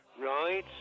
right